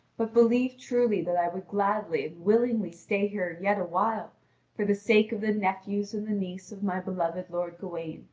but believe truly that i would gladly and willingly stay here yet awhile for the sake of the nephews and the niece of my beloved lord gawain,